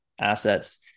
assets